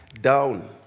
down